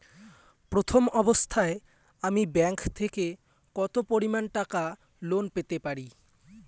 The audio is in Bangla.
প্রথম অবস্থায় আমি ব্যাংক থেকে কত পরিমান টাকা লোন পেতে পারি?